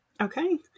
Okay